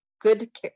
good